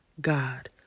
God